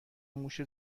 موش